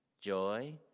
joy